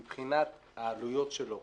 מבחינת העלויות שלו